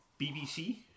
BBC